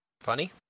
Funny